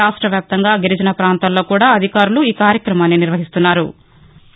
రాష్ట్ర వ్యాప్తంగా గిరిజన పాంతాల్లో కూడా అధికారులు ఈ కార్యక్రమాన్ని నిర్వహిస్తున్నారు